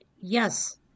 yes